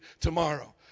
tomorrow